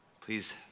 please